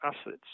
assets